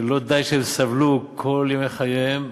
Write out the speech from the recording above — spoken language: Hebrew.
שלא די שהם סבלו כל ימי חייהם,